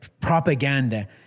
propaganda